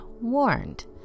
warned